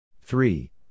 three